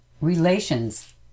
Relations